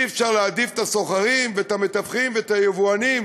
אי-אפשר להעדיף את הסוחרים ואת המתווכים ואת היבואנים